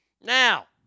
Now